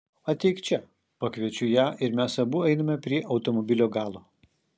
ateik čia pakviečiu ją ir mes abu einame prie automobilio galo